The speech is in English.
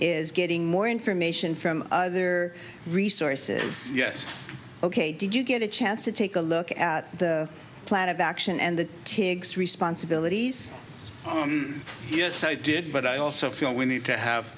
is getting more information from their resources yes ok did you get a chance to take a look at the plan of action and the tigs responsibilities here so i did but i also feel we need to have